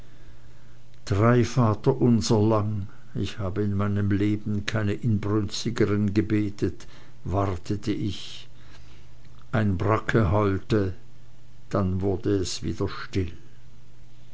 drei vaterunser lang ich habe in meinem leben keine inbrünstigeren gebetet wartete ich eine bracke heulte dann wurde wieder alles still